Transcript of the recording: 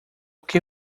que